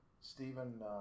Stephen